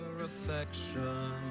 affection